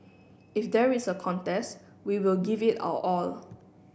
if there is a contest we will give it our all